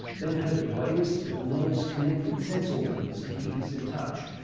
then heard of ways that the nerves connect with sense organs an keep us in touch,